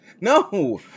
No